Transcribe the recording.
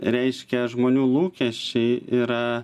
reiškia žmonių lūkesčiai yra